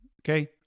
Okay